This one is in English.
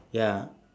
ya